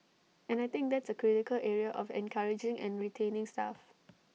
and I think that's A critical area of encouraging and retaining staff